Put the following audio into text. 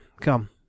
Come